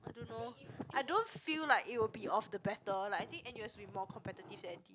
I don't know I don't feel like it will be of the better like I think n_u_s will be more competitive than n_t_u